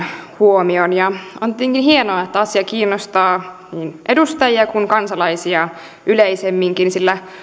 huomion ja on tietenkin hienoa että asia kiinnostaa niin edustajia kuin kansalaisia yleisemminkin sillä